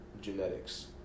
genetics